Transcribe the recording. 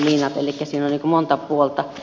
elikkä siinä on monta puolta